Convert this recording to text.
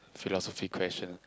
philosophy question